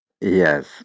Yes